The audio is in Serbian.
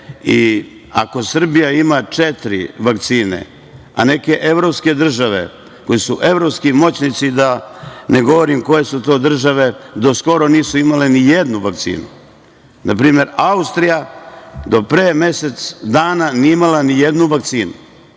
Ako Srbija ima četiri vakcine, a neke evropske države, koje su evropski moćnici, da ne govorim koje su to države, do skoro nisu imale ni jednu vakcinu. Na primer, Austrija do pre mesec dana nije imala ni jednu vakcinu.